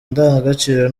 ndangagaciro